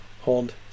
hold